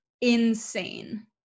insane